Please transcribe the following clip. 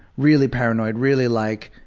really paranoid, really like,